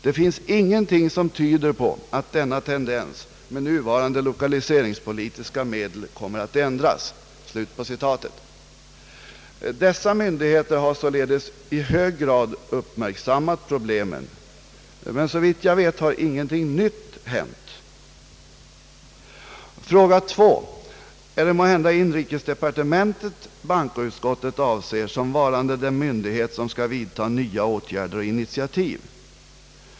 Det finns ingenting som tyder på att denna tendens, med nuvarande lokaliseringspolitiska medel, kommer att ändras.» Dessa myndigheter har således i hög grad uppmärksammat problemen. Men såvitt jag vet har ingenting nytt hänt. Fråga nummer två: är det måhända inrikesdepartementet bankoutskottet avser som varande den myndighet som skall vidta nya åtgärder och initiativ?